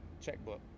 checkbook